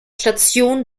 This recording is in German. station